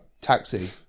taxi